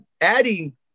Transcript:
adding